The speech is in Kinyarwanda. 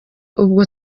ubwo